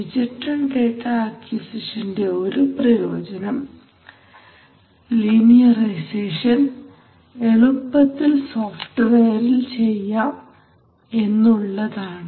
digital data അക്വിസിഷന്റെ ഒരു പ്രയോജനം ലീനിയറൈസേഷൻ എളുപ്പത്തിൽ സോഫ്റ്റ്വെയറിൽ ചെയ്യാം എന്നുള്ളതാണ്